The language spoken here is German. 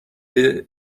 wir